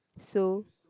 so